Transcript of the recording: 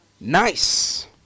nice